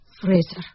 Fraser